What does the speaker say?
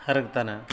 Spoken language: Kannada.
ಹರ್ಗ್ತಾನೆ